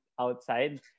outside